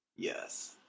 Yes